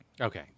Okay